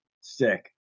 Sick